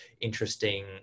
interesting